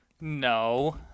No